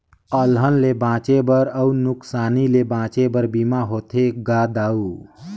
अलहन ले बांचे बर अउ नुकसानी ले बांचे बर बीमा होथे गा दाऊ